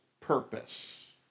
purpose